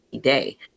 day